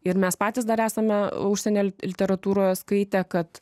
ir mes patys dar esame užsienio literatūroje skaitę kad